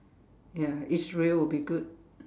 ya Israel would be good